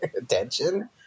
attention